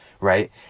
right